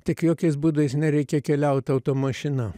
tik jokiais būdais nereikia keliaut automašina